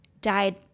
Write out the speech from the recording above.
died